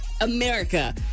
America